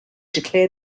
declare